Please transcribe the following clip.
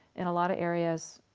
in a lot of areas,